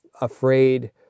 afraid